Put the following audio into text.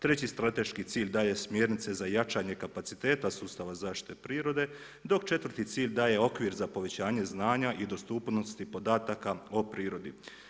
Treći strateški cilj daje smjernice za jačanje kapaciteta sustava zaštite prirode dok 4. cilj daje okvir za povećanja znanja i dostupnosti podataka o prirodi.